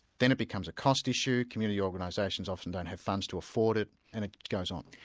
then it becomes a cost issue, community organisations often don't have funds to afford it, and it goes on.